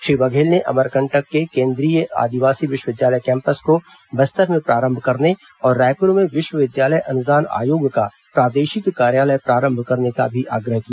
श्री बघेल ने अमरकटंक के केंद्रीय आदिवासी विश्वविद्यालय कैम्पस को बस्तर में प्रारंभ करने और रायपुर में विश्वविद्यालय अनुदान आयोग का प्रादेशिक कार्यालय प्रारंभ करने का भी आग्रह किया